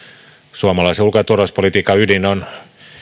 suomalaisen ulko ja turvallisuuspolitiikan ydin on